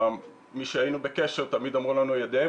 מי שהיינו בקשר תמיד אמרו לנו שידיהם